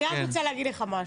אני רק רוצה להגיד לך משהו.